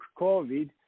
COVID